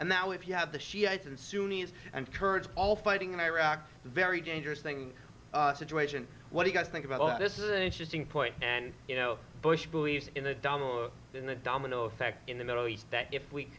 and now if you have the shiites and sunni and kurds all fighting in iraq it's very dangerous thing situation what you guys think about all this is an interesting point and you know bush believes in the down more than a domino effect in the middle east that if we